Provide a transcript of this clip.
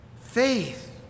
faith